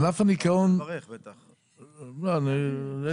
ענף הניקיון, הוא